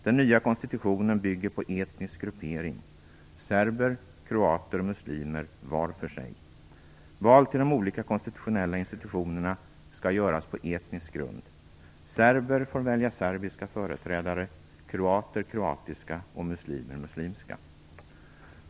Den nya konstitutionen bygger på etnisk gruppering - serber, kroater och muslimer var för sig. Val till de olika konstitutionella institutionerna skall göras på etnisk grund. Serber får välja serbiska företrädare, kroater kroatiska och muslimer muslimska.